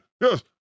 yes